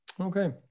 Okay